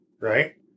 right